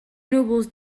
núvols